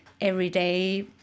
everyday